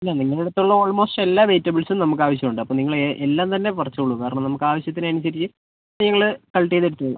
അല്ല നിങ്ങള അടുത്തുള്ള ഓൾമോസ്റ്റ് എല്ലാ വെജിറ്റബിൾസും നമുക്ക് ആവശ്യം ഉണ്ട് അപ്പം നിങ്ങൾ എല്ലാം തന്നെ പറിച്ചോളൂ കാരണം നമുക്ക് ആവശ്യത്തിന് അനുസരിച്ച് അത് ഞങ്ങൾ കളക്ട് ചെയ്ത് എടുത്തോളാം